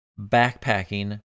backpacking